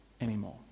anymore